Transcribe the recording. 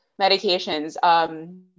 medications